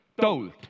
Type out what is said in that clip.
told